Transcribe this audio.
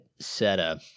setup